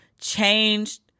changed